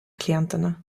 klienterna